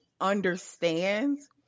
understands